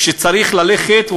שצריך ללכת,